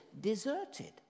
deserted